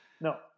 no